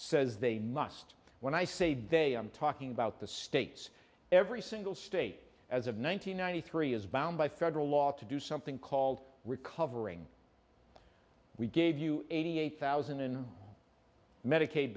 says they must when i say they i'm talking about the states every single state as of one nine hundred ninety three is bound by federal law to do something called recovering we gave you eighty eight thousand in medicaid